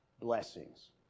blessings